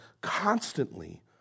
constantly